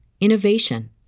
innovation